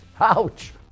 Ouch